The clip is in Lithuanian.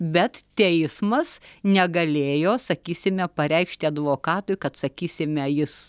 bet teismas negalėjo sakysime pareikšti advokatui kad sakysime jis